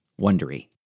wondery